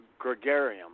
gregarium